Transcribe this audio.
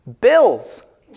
Bills